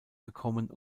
gekommen